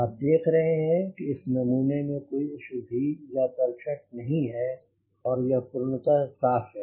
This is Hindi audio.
आप देख रहे हैं कि इस नमूने में कोई अशुद्धि या तलछट नहीं है और यह पूर्णतः साफ़ है